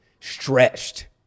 stretched